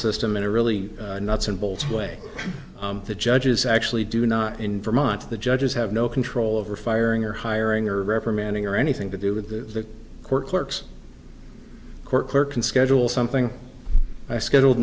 system in a really nuts and bolts way the judges actually do not in vermont the judges have no control over firing or hiring or reprimanding or anything to do with the court clerks court clerk and schedule something i scheduled